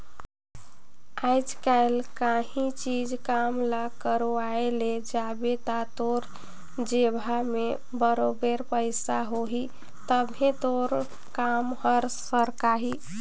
आएज काएल काहींच काम ल करवाए ले जाबे ता तोर जेबहा में बरोबेर पइसा होही तबे तोर काम हर सरकही